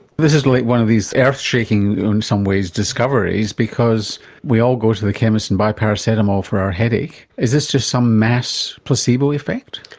this is like one of these earthshaking, in some ways, discoveries, because we all go to the chemist and buy paracetamol for our headache. is this just some mass placebo effect?